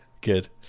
Good